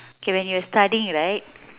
okay when you were studying right